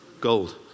Gold